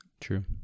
True